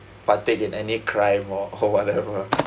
partake in any crime or or whatever